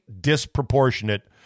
disproportionate